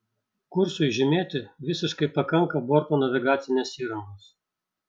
kursui žymėti visiškai pakanka borto navigacinės įrangos